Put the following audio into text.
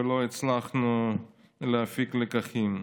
ולא הצלחנו להפיק לקחים.